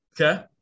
okay